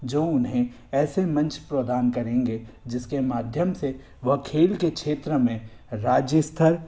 जो उन्हें ऐसे मंच प्रदान करेंगे जिसके माध्यम से वह खेल के क्षेत्र में राज्य स्तर